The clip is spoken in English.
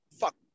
fuck